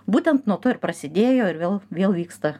būtent nuo to ir prasidėjo ir vėl vėl vyksta